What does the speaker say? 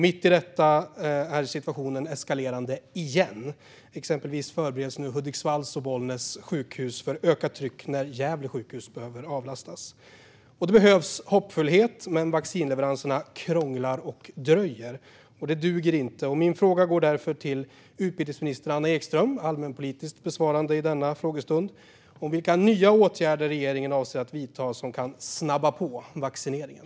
Mitt i detta är situationen eskalerande igen. Exempelvis förbereds nu Hudiksvalls och Bollnäs sjukhus för ökat tryck när Gävle sjukhus behöver avlastas. Det behövs hoppfullhet, men vaccinleveranserna krånglar och dröjer. Det duger inte. Min fråga till utbildningsminister Anna Ekström, allmänpolitiskt svarande i denna frågestund, är därför vilka nya åtgärder regeringen avser att vidta som kan snabba på vaccineringen.